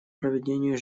проведению